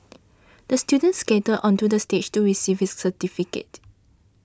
the student skated onto the stage to receive his certificate